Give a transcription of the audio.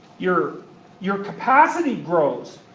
your your capacity grows.